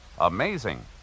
Amazing